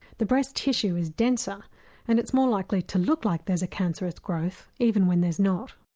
the breast tissue is denser and it's more likely to look like there's a cancerous growth even when there's not.